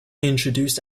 introduced